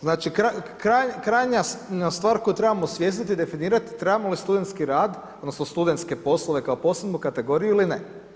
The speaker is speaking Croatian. Znači krajnja stvar koju trebamo osvijestiti i definirati trebamo li studentski rad, odnosno studentske poslove kao posebnu kategoriju ili ne.